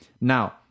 Now